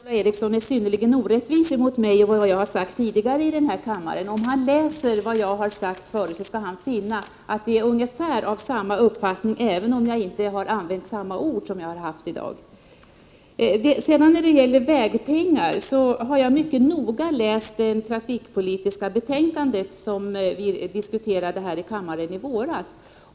Herr talman! Jag tycker att Per-Ola Eriksson är synnerligen orättvis mot mig och mot vad jag har sagt tidigare i den här kammaren. Om han läser vad jag sagt förut skall han finna att jag hade ungefär samma uppfattning då, även om jag inte använde samma ord som i dag. Jag har mycket noga läst det trafikpolitiska betänkande som vi diskuterade här i kammaren i våras.